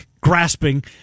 grasping